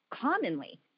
commonly